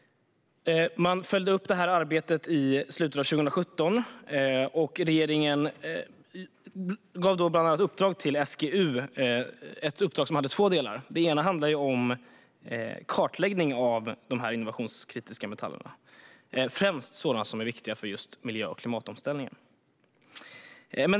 Arbetet följdes upp i slutet av 2017 och regeringen gav bland andra SGU ett uppdrag som hade två delar. Den ena handlar om kartläggning av dessa innovationskritiska metaller, främst sådana som är viktiga i miljö och klimatomställningen.